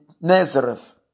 Nazareth